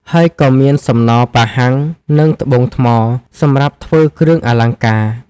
ហើយក៏មាន សំណ ប៉ាហាំង និង ត្បូងថ្ម សម្រាប់ធ្វើគ្រឿងអលង្ការ។